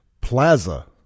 Plaza